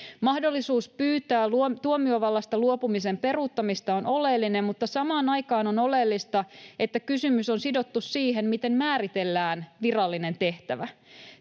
Mahdollisuus pyytää tuomiovallasta luopumisen peruuttamista on oleellinen, mutta samaan aikaan on oleellista, että kysymys on sidottu siihen, miten määritellään virallinen tehtävä.